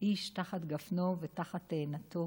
איש תחת גפנו ותחת תאנתו,